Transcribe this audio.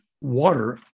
water